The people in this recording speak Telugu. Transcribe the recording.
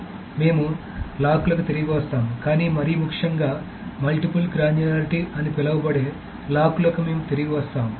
కాబట్టి మేము లాక్లకు తిరిగి వస్తాము కానీ మరీ ముఖ్యంగా మల్టిపుల్ గ్రాన్యులారిటీ అని పిలువబడే లాక్లకు మేము తిరిగి వస్తాము